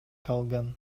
калган